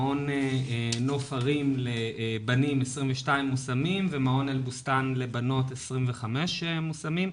מעון 'נוף הרים' לבנים 22 מושמים ובנות 'אל בוסתן' לבנות 25 מושמים.